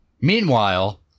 Meanwhile